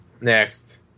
next